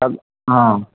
आम्